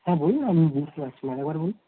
হ্যাঁ বলুন আমি বুঝতে পারছি না আরেকবার বলুন